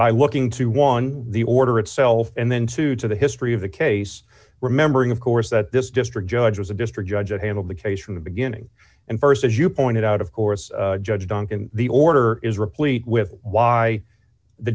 by looking to one the order itself and then two to the history of the case remembering of course that this district judge was a district judge that handled the case from the beginning and st as you pointed out of course judge duncan the order is replete with why the